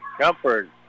Comfort